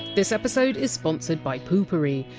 this episode is sponsored by poo-pourri,